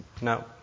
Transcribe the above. No